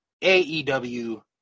AEW